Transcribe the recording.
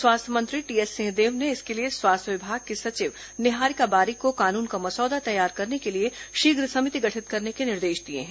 स्वास्थ्य मंत्री टीएस सिंहदेव ने इसके लिए स्वास्थ्य विभाग की सचिव निहारिका बारिक को कानून का मसौदा तैयार करने के लिए शीघ्र समिति गठित करने के निर्देश दिए हैं